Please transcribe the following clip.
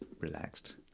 relaxed